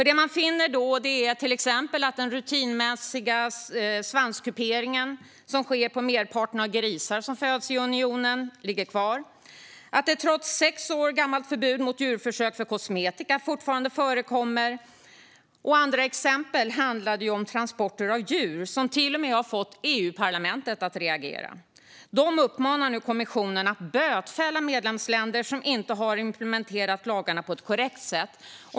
Det man fann var till exempel att den rutinmässiga svanskuperingen som sker på merparten av grisar som föds upp i unionen ligger kvar. Trots ett sex år gammalt förbud mot djurförsök för kosmetika förekommer det fortfarande. Andra exempel handlade om transporter av djur, som till och med har fått EU-parlamentet att reagera. Det uppmanar nu kommissionen att bötfälla medlemsländer som inte har implementerat lagarna på ett korrekt sätt.